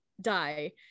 die